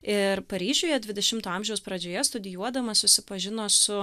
ir paryžiuje dvidešimto amžiaus pradžioje studijuodama susipažino su